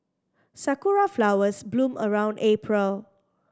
sakura flowers bloom around April